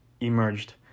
emerged